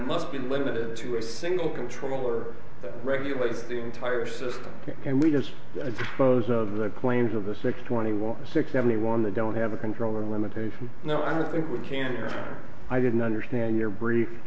must be limited to a single controller that regulates the entire system and we just dispose of the claims of the six twenty one six seventy one the don't have a controller limitation no i don't think we can i didn't understand your brief